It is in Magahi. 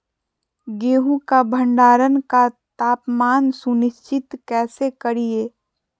गेहूं का भंडारण का तापमान सुनिश्चित कैसे करिये?